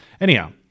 Anyhow